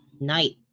night